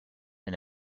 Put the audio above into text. and